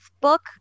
book